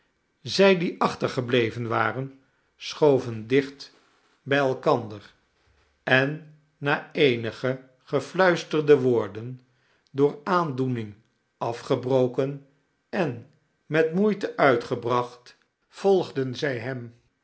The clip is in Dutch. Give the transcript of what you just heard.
zij die achtergebleven waren schoven dicht bij elkander en na eenige gefluisterde woorden door aandoening afgebroken en met moeite uitgebracht volgden zij hem